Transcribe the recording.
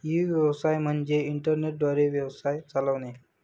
E व्यवसाय म्हणजे internet द्वारे व्यवसाय चालवणे